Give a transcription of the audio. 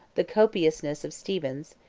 the copiousness of stephens,